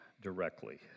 directly